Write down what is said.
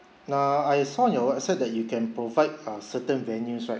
nah I saw your website that you can provide a certain venues right